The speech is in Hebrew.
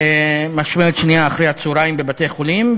משמרת שנייה אחרי-הצהריים בבתי-חולים,